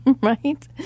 right